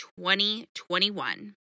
2021